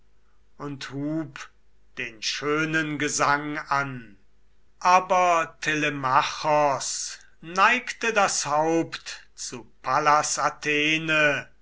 und hub den schönen gesang an aber telemachos neigte das haupt zu pallas athene